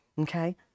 okay